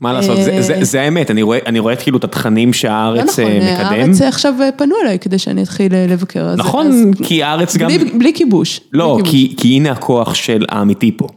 מה לעשות, זו האמת, אני רואה את התכנים שהארץ מקדם. הארץ עכשיו פנו אלי כדי שאני אתחיל לבקר על זה. נכון, כי הארץ גם... בלי כיבוש. לא, כי הנה הכוח של האמיתי פה.